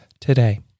today